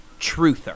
truther